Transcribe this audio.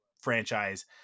franchise